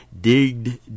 digged